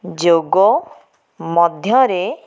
ଯୋଗ ମଧ୍ୟରେ